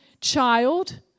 child